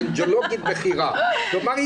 כלומר,